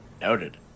Noted